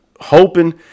Hoping